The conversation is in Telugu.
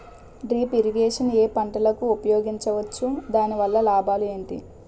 డ్రిప్ ఇరిగేషన్ ఏ పంటలకు ఉపయోగించవచ్చు? దాని వల్ల లాభాలు ఏంటి?